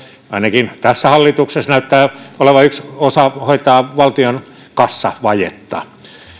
ainakin tässä hallituksessa näyttää olevan yksi osa hoitaa valtion kassavajetta